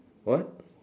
what